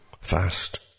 fast